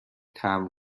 تمبر